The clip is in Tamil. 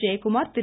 ஜெயக்குமார் திரு